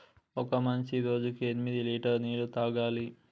ఒక మనిషి రోజుకి ఎనిమిది లీటర్ల నీళ్లు తాగాలి